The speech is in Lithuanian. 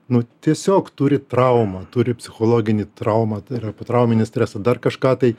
nu tiesiog turi traumą turi psichologinę traumą tai yra potrauminio streso dar kažką tai